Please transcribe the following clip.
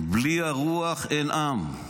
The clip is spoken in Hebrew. בלי הרוח אין עם.